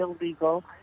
illegal